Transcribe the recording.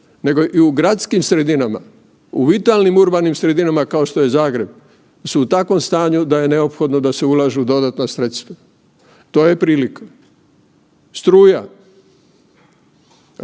nego i u gradskim sredinama, u vitalnim urbanim sredinama kao što je Zagreb su u takvom stanju da je neophodno da se ulažu dodatna sredstva. To je prilika. Struja,